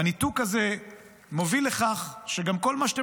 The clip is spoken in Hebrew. והניתוק הזה מוביל לכך שגם כל מה שאתם